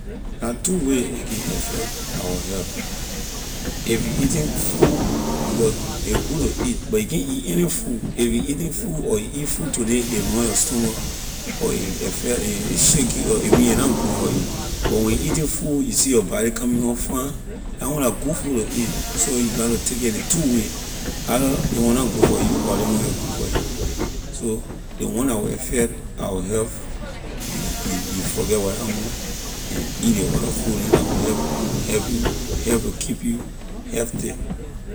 La two way a can affect our health if you eating food because a good to eat but you can’t eat any food if you eating food or you eat food today a run your stomach or a affect a a shake you a mean a na good for you but when you eating food you see your body coming up fine la one la good food to eat so you gatto take it ley two way either ley one na good for you or ley one here good for you so ley one la will affect our health you forget la one and eat ley other food neh la will help to help you help to keep you healthy.